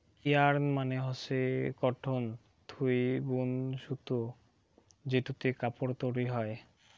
yarn মানে হসে cotton থুই বুন সুতো যেটোতে কাপড় তৈরী হই